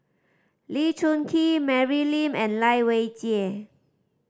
Lee Choon Kee Mary Lim and Lai Weijie